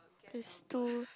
this two